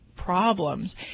problems